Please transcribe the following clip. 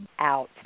out